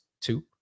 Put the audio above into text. two